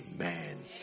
amen